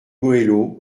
goëlo